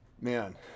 Man